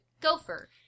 gopher